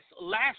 last